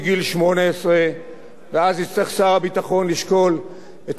ואז יצטרך שר הביטחון לשקול את מי לגייס ואת מי לשחרר,